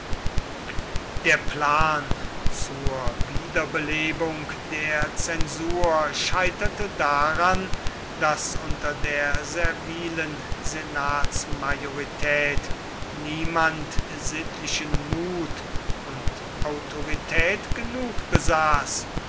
der plan zur wiederbelebung der zensur scheiterte daran daß unter der servilen senatsmajorität niemand sittlichen mut und autorität genug besaß